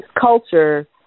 culture